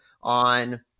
on